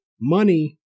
money